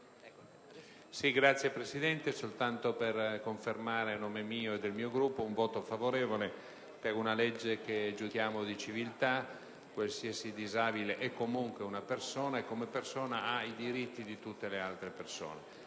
intervengo soltanto per confermare a nome mio e del mio Gruppo un voto favorevole nei confronti di una legge che giudichiamo di civiltà; qualsiasi disabile è comunque una persona e, come tale, ha i diritti di tutte le altre persone.